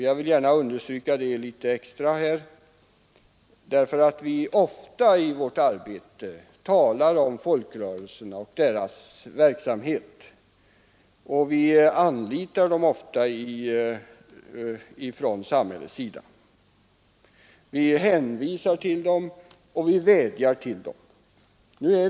Jag vill här gärna understryka det litet extra därför att vi ofta i vårt arbete talar om folkrörelserna och deras verksamhet och ofta anlitar dem från samhällets sida. Vi hänvisar till dem, och vi vädjar till dem.